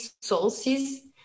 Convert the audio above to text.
sources